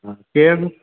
हा केरु